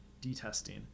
detesting